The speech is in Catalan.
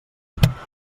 cronòmetre